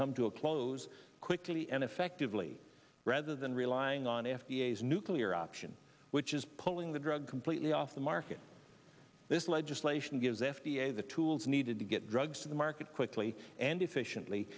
come to a close quickly and effectively rather than relying on f d a as nuclear option which is pulling the drug completely off the market this legislation gives f d a the tools needed to get drugs to the market quickly and efficiently